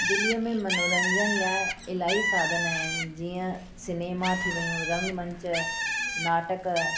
दिल्लीअ में मनोरंजन लाइ इलाही साधन आहिनि जीअं सिनेमा थी वियूं रंग मंच नाटक